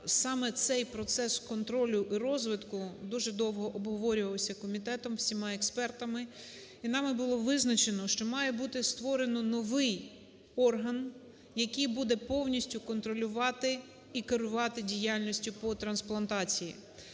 саме цей процес контролю і розвитку дуже довго обговорювався комітетом, всіма експертами, і нами було визначено, що має бути створено новий орган, який буде повністю контролювати і керувати діяльністю по трансплантації.